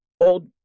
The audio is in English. old